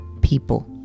people